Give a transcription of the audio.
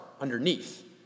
underneath